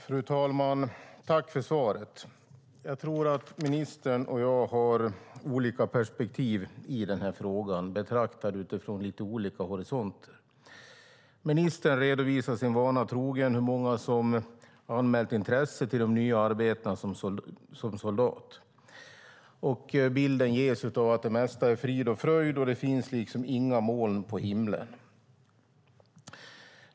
Fru talman! Tack för svaret! Jag tror att ministern och jag har olika perspektiv i den här frågan, betraktad utifrån lite olika horisonter. Ministern redovisar, sin vana trogen, hur många som har anmält intresse till de nya arbetena som soldat. Bilden ges av att det mesta är frid och fröjd och att det inte finns några moln på himlen.